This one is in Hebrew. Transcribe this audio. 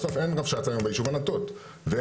בסוף אין רבש"ץ היום ביישוב ענתות ואין